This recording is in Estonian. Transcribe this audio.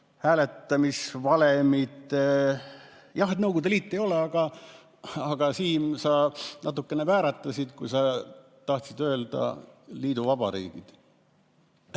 hääletamisvalemid. Jah, Nõukogude Liit see ei ole, aga, Siim, sa natukene vääratasid, kui sa tahtsid öelda "liiduvabariigid".